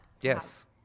Yes